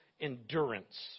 endurance